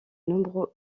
nombreux